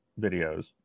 videos